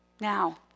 Now